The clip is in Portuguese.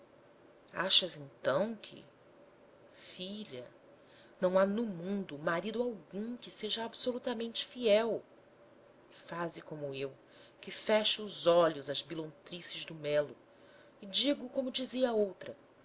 serio achas então que filha não há no mundo marido algum que seja absolutamente fiel faze como eu que fecho os olhos às bilontrices do melo e digo como dizia a outra